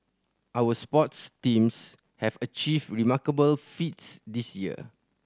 our sports teams have achieved remarkable feats this year